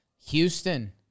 Houston